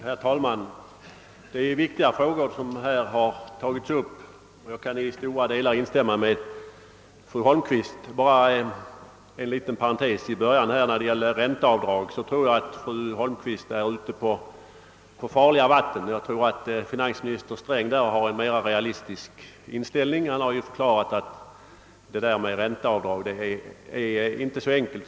Herr talman! Det är viktiga frågor som här har tagits upp och jag kan i stora delar instämma med fru Holmqvist. Jag vill endast påpeka att när det gäller ränteavdragen tror jag att fru Holmqvist är inne på en farlig väg. Finansminister Sträng har nog en mer realistisk inställning då han har förklarat att frågan inte är så enkel.